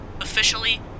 officially